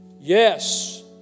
Yes